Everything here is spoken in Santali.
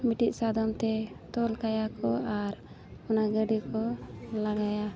ᱢᱤᱫᱴᱟᱝ ᱥᱟᱫᱚᱢ ᱛᱮ ᱛᱚᱞ ᱠᱟᱭᱟ ᱠᱚ ᱟᱨ ᱚᱱᱟ ᱜᱟᱹᱰᱤ ᱠᱚ ᱞᱟᱜᱟᱭᱟ